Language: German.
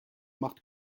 macht